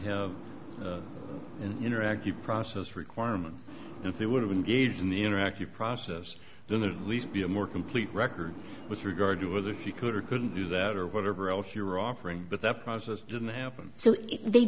have an interactive process requirement if they would have engaged in the interactive process then the least be a more complete record with regard to whether you could or couldn't do that or whatever else you're offering but that process didn't happen so they